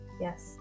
Yes